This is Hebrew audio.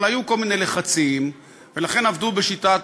אבל היו כל מיני לחצים, ולכן עבדו בשיטת